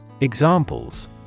Examples